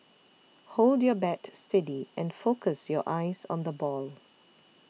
hold your bat steady and focus your eyes on the ball